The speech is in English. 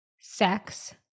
sex